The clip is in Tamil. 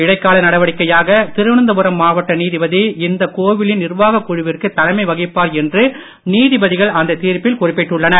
இடைக்கால நடவடிக்கையாக திருவனந்தபுரம் மாவட்ட நீதிபதி இந்த கோவிலின் நிர்வாகக் குழுவிற்கு தலைமை வகிப்பார் என்று நீதிபதிகள் அந்த தீர்ப்பில் குறிப்பிட்டுள்ளனர்